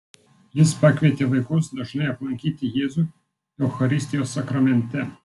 jis pakvietė vaikus dažnai aplankyti jėzų eucharistijos sakramente